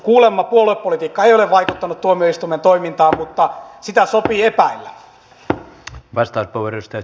kuulemma puoluepolitiikka ei ole vaikuttanut tuomioistuimen toimintaan mutta sitä sopii epäillä